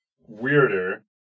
weirder